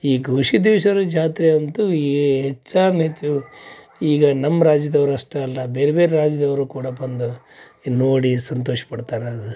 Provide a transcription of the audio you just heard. ಈ ಗವಿಸಿದ್ಧೇಶ್ವರ ಜಾತ್ರೆ ಅಂತೂ ಏ ಹೆಚ್ಚಾನ್ಹೆಚ್ಚು ಈಗ ನಮ್ಮ ರಾಜ್ಯದವ್ರು ಅಷ್ಟೇ ಅಲ್ಲ ಬೇರೆ ಬೇರೆ ರಾಜ್ಯದವರು ಕೂಡ ಬಂದು ಇದ್ನ ನೋಡಿ ಸಂತೋಷಪಡ್ತಾರೆ